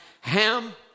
Ham